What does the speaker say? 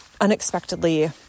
unexpectedly